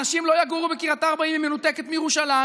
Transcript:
אנשים לא יגורו בקריית ארבע אם היא מנותקת מירושלים,